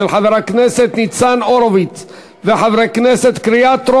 של חבר הכנסת ניצן הורוביץ וקבוצת חברי הכנסת.